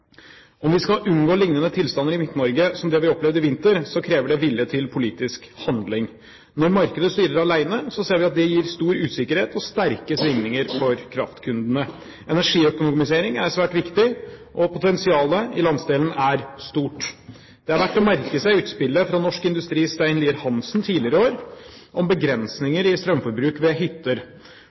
Om vi skal unngå liknende tilstander i Midt-Norge som det vi har opplevd i vinter, krever det vilje til politisk handling. Når markedet styrer alene, ser vi at det gir stor usikkerhet og sterke svingninger for kraftkundene. Energiøkonomisering er svært viktig, og potensialet i landsdelen er stort. Det er verdt å merke seg utspillet fra Norsk Industris Stein Lier Hansen tidligere i år om begrensninger i strømforbruk ved hytter.